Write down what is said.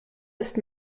ist